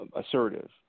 assertive